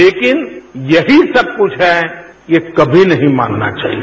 लेकिन यही सब कुछ है ये कभी नहीं मानना चाहिए